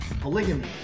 Polygamy